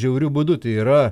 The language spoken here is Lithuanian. žiauriu būdu tai yra